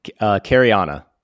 Cariana